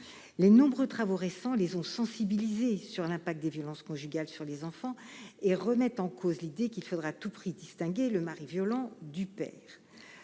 Les nombreux travaux récents les ont sensibilisés sur l'impact des violences conjugales sur les enfants et remettent en cause l'idée qu'il faudrait à tout prix distinguer le mari violent du père.